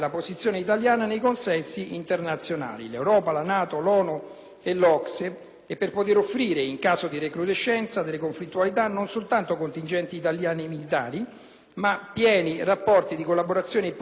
e per poter offrire, in caso di recrudescenza delle conflittualità, non soltanto contingenti militari ma pieni rapporti di collaborazione politica con i governi interessati e profonda conoscenza delle condizioni dei civili.